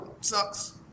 Sucks